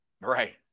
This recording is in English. Right